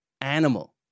animal